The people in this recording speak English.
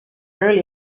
early